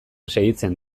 segitzen